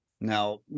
now